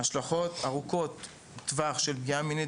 ההשלכות ארוכות טווח של פגיעה מינית